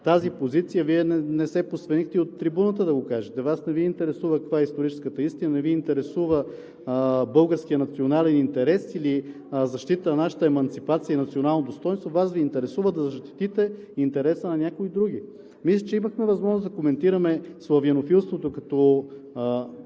тази позиция. Вие не се посвенихте и от трибуната да го кажете. Вас не Ви интересува каква е историческата истина, не Ви интересува българският национален интерес или защитата на нашата еманципация и национално достойнство, Вас Ви интересува да защитите интереса на някои други. Вече имаме възможност да коментираме славянофилството, като